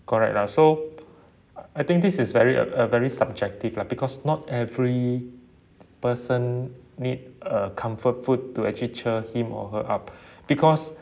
correct lah so I think this is very uh uh very subjective lah because not every person need a comfort food to actually cheer him or her up because